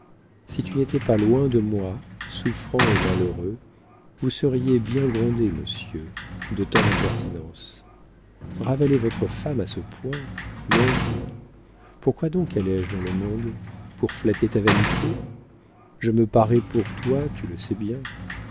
si tu n'étais pas loin de moi souffrant et malheureux vous seriez bien grondé monsieur de tant d'impertinence ravaler votre femme à ce point mon dieu pourquoi donc allais-je dans le monde pour flatter ta vanité je me parais pour toi tu le sais bien